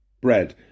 bread